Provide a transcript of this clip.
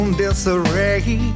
disarray